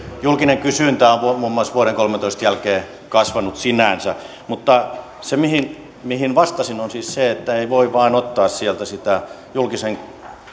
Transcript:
julkinen kysyntä on muun muassa vuoden kolmetoista jälkeen kasvanut sinänsä mutta se mihin mihin vastasin on siis se että ei voi vain ottaa sieltä sitä julkisen